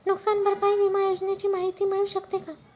नुकसान भरपाई विमा योजनेची माहिती मिळू शकते का?